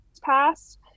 passed